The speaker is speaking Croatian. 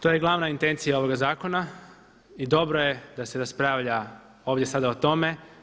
To je glavna intencija ovoga zakona i dobro je da se raspravlja ovdje sada o tome.